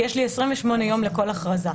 כי יש לי 28 יום לכל הכרזה,